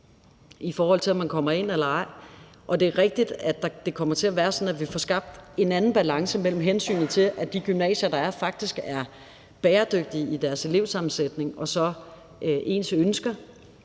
i forhold til om man kommer ind eller ej. Det er rigtigt, at det kommer til at være sådan, at vi får skabt en anden balance mellem hensynet til, at de gymnasier, der er, faktisk skal være bæredygtige med hensyn til deres elevsammensætning, og så elevernes ønsker.